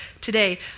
today